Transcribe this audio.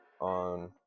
on